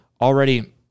already